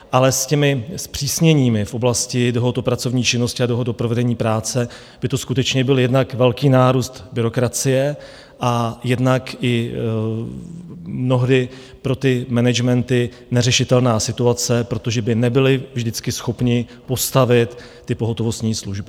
Ale s těmi zpřísněními v oblasti dohod o pracovní činnosti a dohod o provedení práce by to skutečně byl jednak velký nárůst byrokracie a jednak i mnohdy pro managementy neřešitelná situace, protože by nebyly vždycky schopny postavit ty pohotovostní služby.